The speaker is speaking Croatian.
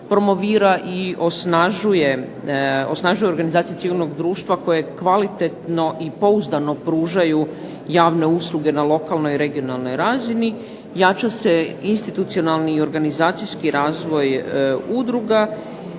promovira i osnažuje organizacija civilnog društva, koje kvalitetno i pouzdano pružaju javne usluge na lokalnoj i regionalnoj razini, jača se institucionalni i organizacijski razvoj udruga,